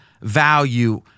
value